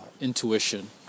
Intuition